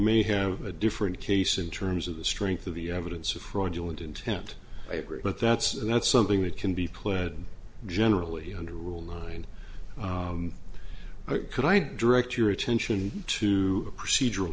may have a different case in terms of the strength of the evidence of fraudulent intent i agree but that's that's something that can be pled generally under rule nine could i direct your attention to a procedural